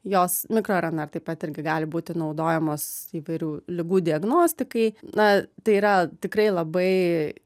jos mikro rnr taip pat irgi gali būti naudojamos įvairių ligų diagnostikai na tai yra tikrai labai